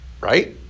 Right